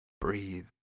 breathe